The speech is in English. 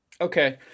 Okay